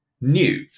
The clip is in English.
new